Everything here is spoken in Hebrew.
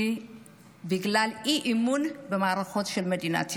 בגלל האי-אמון במערכות של מדינת ישראל.